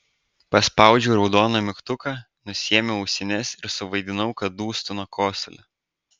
paspaudžiau raudoną mygtuką nusiėmiau ausines ir suvaidinau kad dūstu nuo kosulio